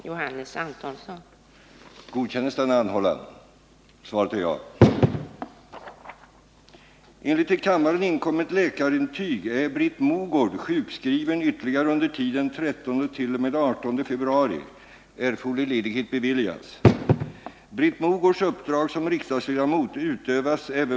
Stockholm den 6 februari 1979 Johannes Antonsson